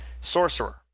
Sorcerer